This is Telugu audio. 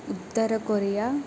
ఉత్తర కొరియా